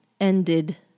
ended